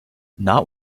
not